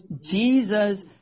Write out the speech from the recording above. Jesus